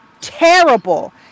terrible